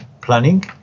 planning